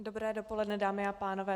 Dobré dopoledne, dámy a pánové.